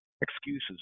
excuses